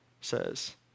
says